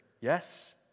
yes